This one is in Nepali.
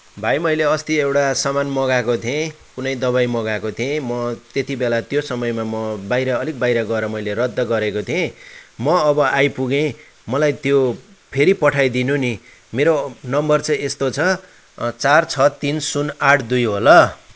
भाइ मैले अस्ति एउटा सामान मगाएको थिएँ कुनै दबाई मगाएको थिएँ म त्यतिबेला त्यो समयमा म बाहिर अलिक बाहिर गएर म रद्द गरेको थिएँ म अब आइपुगेँ मलाई त्यो फेरि पठाइदिनु नि मेरो नम्बर चाहिँ यस्तो छ चार छ तिन शून्य आठ दुई हो ल